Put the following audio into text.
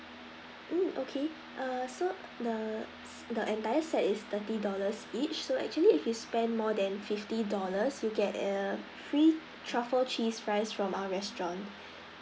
mm okay err so the the entire set is thirty dollars each so actually if you spend more than fifty dollars you get a free truffle cheese fries from our restaurant